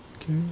Okay